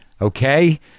okay